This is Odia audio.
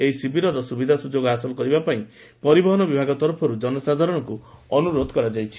ଏହି ଶିବିରର ସୁବିଧାସୁଯୋଗ ହାସଲ କରିବା ପାଇଁ ପରିବହନ ବିଭାଗ ତରଫର୍ ଜନସାଧାରଣଙ୍କୁ ଅନୁରୋଧ କରାଯାଇଛି